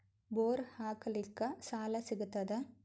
Bore ಹಾಕಲಿಕ್ಕ ಸಾಲ ಸಿಗತದ?